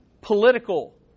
political